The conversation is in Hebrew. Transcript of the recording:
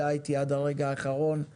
שישה-שבעה חוקים, אבל